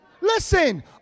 Listen